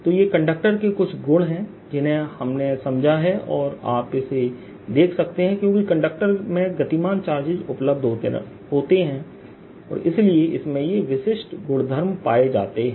तो ये कंडक्टर के कुछ गुण हैं जिन्हें हमने समझा है और आप इसे देख सकते हैं क्योंकि कंडक्टर में गतिमान चार्जेस उपलब्ध होते हैं और इसीलिए इसमें ये विशिष्ट गुण धर्म पाए जाते हैं